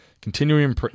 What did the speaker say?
continuing